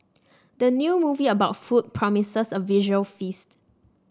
the new movie about food promises a visual feast